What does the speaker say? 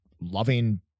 loving